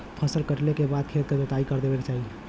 फसल कटले के बाद खेत क जोताई कर देवे के चाही